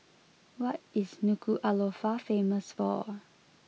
what is Nuku'alofa famous for